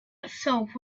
itself